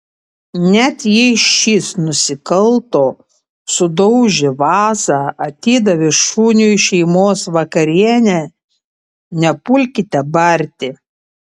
net jei šis nusikalto sudaužė vazą atidavė šuniui šeimos vakarienę nepulkite barti